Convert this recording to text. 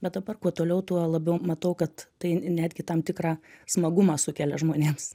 bet dabar kuo toliau tuo labiau matau kad tai netgi tam tikrą smagumą sukelia žmonėms